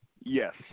Yes